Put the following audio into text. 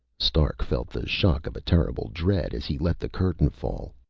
stark felt the shock of a terrible dread, as he let the curtain fall.